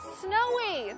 snowy